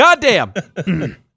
Goddamn